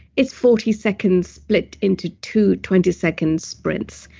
is forty seconds split into two twenty seconds sprints.